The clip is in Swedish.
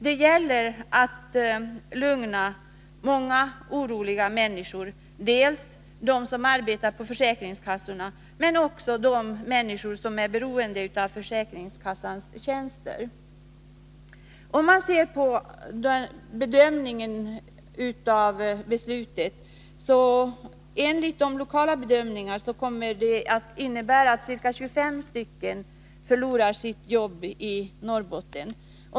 Det gäller att lugna många oroliga människor, dels dem som arbetar på försäkringskassorna, dels dem som är beroende av försäkringskassornas tjänster. Enligt de lokala bedömningarna kommer ca 25 personer i Norrbotten att förlora sitt jobb.